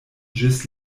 ĝis